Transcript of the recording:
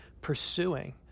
pursuing